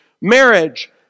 marriage